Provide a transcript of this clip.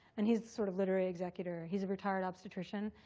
and he's sort of literary executor. he's a retired obstetrician.